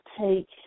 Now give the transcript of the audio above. take